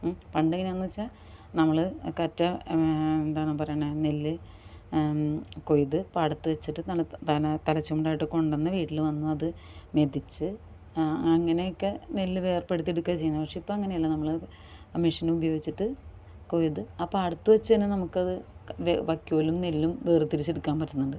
പണ്ട് എങ്ങനെയാണെന്ന് വെച്ചാൽ നമ്മള് കറ്റ എന്താണ് പറയുന്നത് നെല്ല് കൊയ്ത് പാടത്ത് വെച്ചിട്ട് തന്നെ തലച്ചുമടായിട്ട് കൊണ്ട് വീട്ടില് വന്നത് മെതിച്ച് അങ്ങനെയൊക്കെ നെല്ല് വേർപ്പെടുത്തിയെടുക്കുകയാണ് ചെയ്യുന്നത് പക്ഷേ ഇപ്പം അങ്ങനെയല്ല നമ്മള് അ മെഷീനുപയോഗിച്ചിട്ട് കൊയ്ത് ആ പാടത്ത് വെച്ച് തന്നെ നമുക്കത് വൈക്കോലും നെല്ലും വേർതിരിച്ചെടുക്കാൻ പറ്റുന്നുണ്ട്